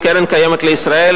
קרן הקיימת לישראל,